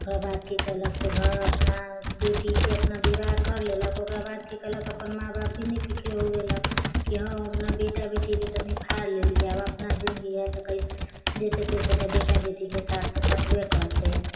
ओकरा बाद की केलक से घर अपना बेटीके अपना विवाह करि लेलक ओकरा बाद की केलक कि अपना माँ बाप कि निफिकिर हो गेलक कि हँ हम अपना बेटा बेटीके तऽ निफार लेली आब अपना जिनगी हइ तऽ कइसे जइसे तइसे तऽ बेटा बेटीके साथ तऽ कटबे करतै